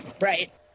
right